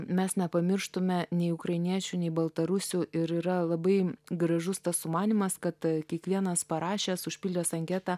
mes nepamirštume nei ukrainiečių nei baltarusių ir yra labai gražus tas sumanymas kad kiekvienas parašęs užpildęs anketą